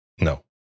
no